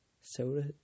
Soda